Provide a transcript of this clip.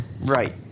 Right